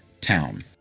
Town